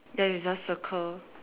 then you just circle